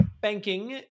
banking